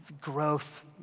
growth